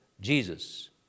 Jesus